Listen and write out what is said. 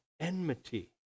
enmity